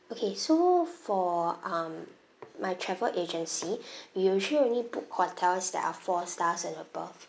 okay so for um my travel agency we usually only book hotels that are four stars and above